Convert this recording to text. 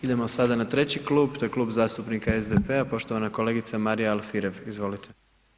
Idemo sada na treći klub, to je Klub zastupnika SDP-a, poštovana kolegica Marija Alfirev, izvolite.